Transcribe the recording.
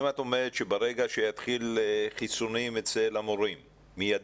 אם את אומרת שברגע שיתחילו חיסונים אצל המורים מיידית,